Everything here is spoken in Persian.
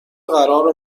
قرار